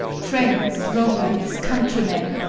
friends, romans, countrymen!